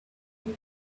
new